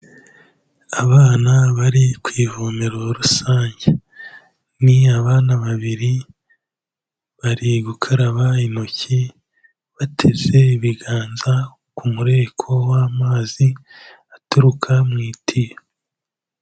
Abana bari ku ivomero rusange, ni abana babiri bari gukaraba intoki, bateze ibiganza ku mureko w'amazi aturuka mu itiyo.